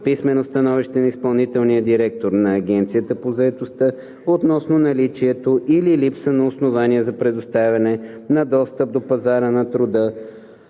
писмено становище на изпълнителния директор на Агенцията по заетостта относно наличието или липса на основание за предоставяне на достъп до пазара на труда,